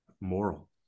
moral